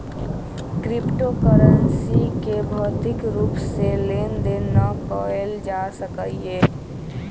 crypto currency के भौतिक रूप से लेन देन न कएल जा सकइय